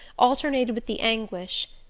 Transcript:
alternated with the anguish.